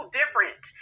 different